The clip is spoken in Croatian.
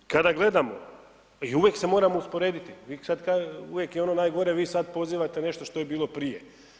Kada gledamo i uvijek se moramo usporediti, uvijek je ono najgore, vi sad pozivate nešto što je bilo prije.